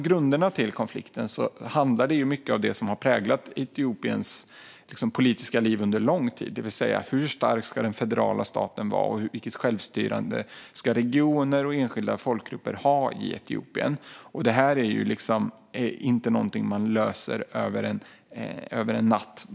Grunderna till konflikten handlar mycket om det som har präglat Etiopiens politiska liv under lång tid, det vill säga hur stark den federala staten ska vara och vilket självstyrande regioner och enskilda folkgrupper ska ha i Etiopien. Hur Etiopien exakt ska styras är inget som man löser över en natt.